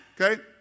okay